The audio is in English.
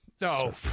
No